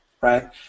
right